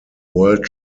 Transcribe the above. world